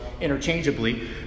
interchangeably